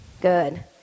Good